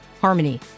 harmony